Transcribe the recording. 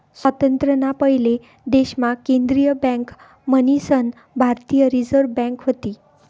स्वातंत्र्य ना पयले देश मा केंद्रीय बँक मन्हीसन भारतीय रिझर्व बँक व्हती